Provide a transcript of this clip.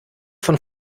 von